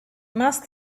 must